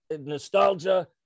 nostalgia